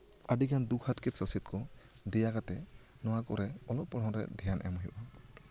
ᱟᱹᱰᱤᱜᱟᱱ ᱫᱩᱠ ᱦᱟᱨᱠᱮᱛ ᱥᱟᱥᱮᱛ ᱠᱚ ᱫᱮᱭᱟ ᱠᱟᱛᱮᱜ ᱱᱚᱣᱟ ᱠᱚᱨᱮᱜ ᱚᱞᱚᱜ ᱯᱟᱲᱦᱟᱜ ᱨᱮ ᱫᱷᱮᱭᱟᱱ ᱮᱢ ᱦᱩᱭᱩᱜᱼᱟ